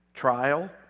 trial